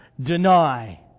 deny